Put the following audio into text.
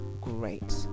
great